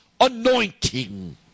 anointing